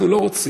אנחנו לא רוצים.